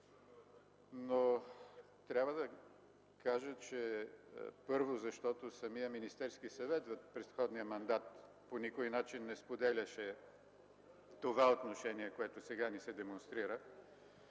Трябва да кажа, че първо, защото самият Министерски съвет в предходния мандат по никой начин не споделяше това отношение, което сега ни се демонстрира,